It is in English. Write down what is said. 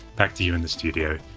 back to you in the studio,